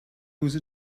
whose